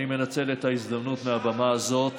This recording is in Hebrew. אני מנצל את ההזדמנות מהבמה הזאת